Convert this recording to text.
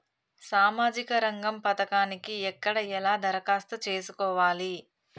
సామాజిక రంగం పథకానికి ఎక్కడ ఎలా దరఖాస్తు చేసుకోవాలి?